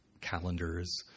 calendars